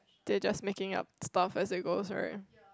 they just making up stuff as they goes right